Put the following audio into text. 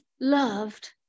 loved